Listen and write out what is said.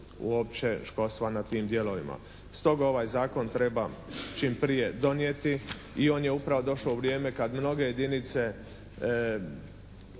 uopće školstva na tim dijelovima. Stoga ovaj zakon treba čim prije donijeti. I on je upravo došao u vrijeme kad mnoge jedinice